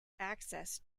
access